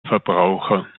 verbraucher